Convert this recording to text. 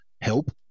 help